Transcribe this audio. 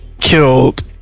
killed